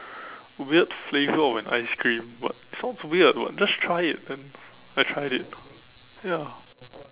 weird flavour of an ice cream but sounds weird but just try it and I tried it ya